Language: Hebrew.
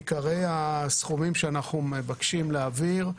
עיקרי הסכומים שאנחנו מבקשים להעביר.